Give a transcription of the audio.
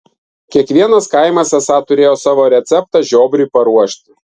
kiekvienas kaimas esą turėjo savo receptą žiobriui paruošti